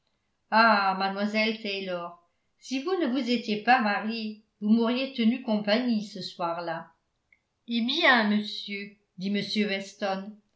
ah mademoiselle taylor si vous ne vous étiez pas mariée vous m'auriez tenu compagnie ce soir-là eh bien monsieur dit m weston